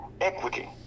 equity